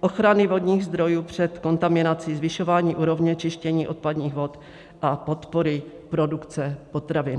ochrany vodních zdrojů před kontaminací, zvyšování úrovně čištění odpadních vod a podpory produkce potravin.